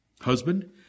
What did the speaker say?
Husband